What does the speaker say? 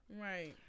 Right